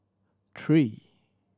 three